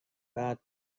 بعد